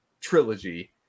trilogy